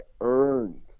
earned